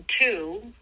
two